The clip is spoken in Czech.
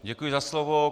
Děkuji za slovo.